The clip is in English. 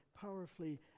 powerfully